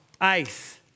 Ice